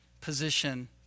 position